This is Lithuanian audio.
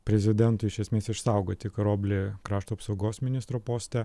prezidentui iš esmės išsaugoti karoblį krašto apsaugos ministro poste